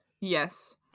Yes